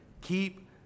keep